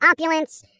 opulence